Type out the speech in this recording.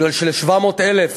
מכיוון של-700,000